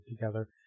together